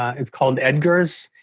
it's called edgar's.